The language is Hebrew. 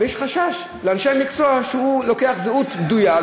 ויש חשש אצל אנשי המקצוע שהוא לוקח זהות בדויה,